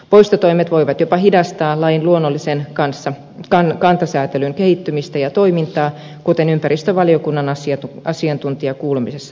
poistotoimet voivat jopa hidastaa lajin luonnollisen kantasäätelyn kehittymistä ja toimintaa kuten ympäristövaliokunnan asiantuntijakuulemisessa tuli esille